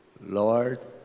Lord